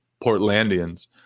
Portlandians